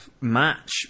match